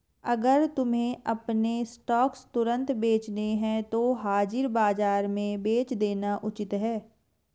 अगर तुम्हें अपने स्टॉक्स तुरंत बेचने हैं तो हाजिर बाजार में बेच देना उचित है